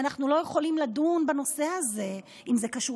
אנחנו לא יכולים לדון בנושא הזה אם זה קשור